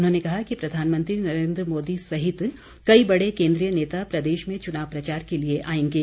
उन्होंने कहा कि प्रधानमंत्री नरेन्द्र मोदी सहित कई बड़े केन्द्रीय नेता प्रदेश में चुनाव प्रचार के लिए आएंगे